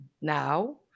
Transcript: now